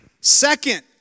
Second